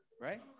Right